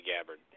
Gabbard